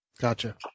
Gotcha